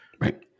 Right